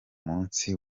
munsi